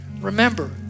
Remember